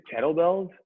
kettlebells